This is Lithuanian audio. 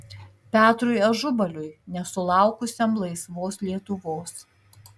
petrui ažubaliui nesulaukusiam laisvos lietuvos